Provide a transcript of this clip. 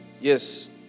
Yes